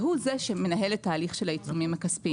והוא זה שמנהל את ההליך של העיצומים הכספיים.